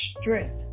strength